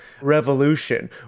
revolution